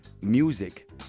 music